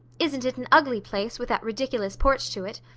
isn't it an ugly place, with that ridiculous porch to it?